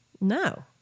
No